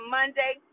Monday